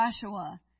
joshua